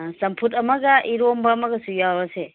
ꯑꯥ ꯆꯝꯐꯨꯠ ꯑꯃꯒ ꯏꯔꯣꯟꯕ ꯑꯃꯒꯁꯨ ꯌꯥꯎꯔꯁꯦ